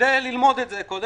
כדי ללמוד את זה קודם,